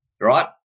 right